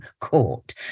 Court